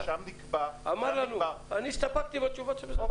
ושם נקבע -- אני הסתפקתי בתשובות שלך.